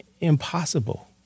impossible